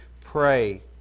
pray